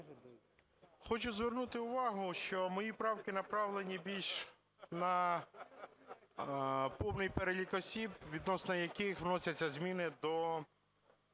хочу звернути увагу, що мої правки направлені більш на повний перелік осіб, відносно яких вносять зміни до